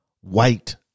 white